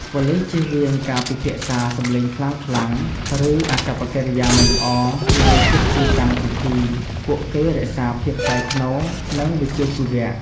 ប៉ូលិសជៀសវាងការពិភាក្សាសំឡេងខ្លាំងៗ ឬអាកប្បកិរិយាមិនល្អនៅជិតទីតាំងពិធី ពួកគេរក្សាភាពថ្លៃថ្នូរ និងវិជ្ជាជីវៈ។